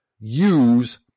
use